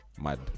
Mad